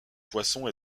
poissons